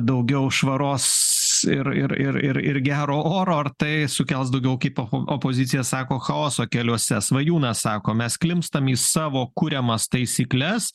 daugiau švaros ir ir ir ir ir gero oro ar tai sukels daugiau kaip opo opozicija sako chaoso keliuose svajūnas sako mes klimpstam į savo kuriamas taisykles